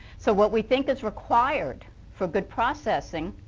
so what we think is required for good processing